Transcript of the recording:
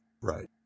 Right